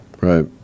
Right